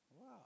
wow